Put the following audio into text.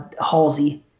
Halsey